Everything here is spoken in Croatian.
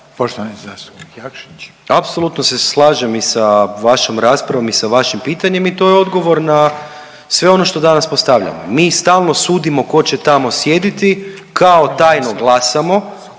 Poštovani zastupnik Jakšić. **Jakšić, Mišel (SDP)** Apsolutno se slažem i sa vašom raspravom i sa vašim pitanjem i to je odgovor na sve ono što danas postavljamo. Mi stalno sudimo tko će tako sjediti, kao tajno glasamo,